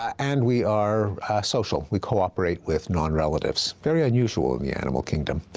and we are social, we cooperate with non-relatives, very unusual in the animal kingdom.